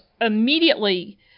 immediately